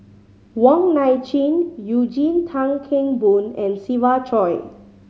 Wong Nai Chin Eugene Tan Kheng Boon and Siva Choy